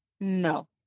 No